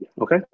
Okay